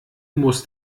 muss